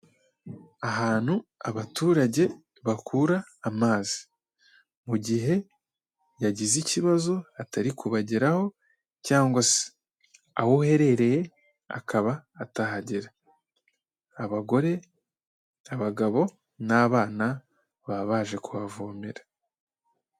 Ahantu abaturage bakura amazi, mu gihe yagize ikibazo atari kubageraho cyangwa se aho uherereye akaba atahagera, abagore, abagabo n'abana, baba baje kuhavomera.